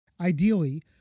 Ideally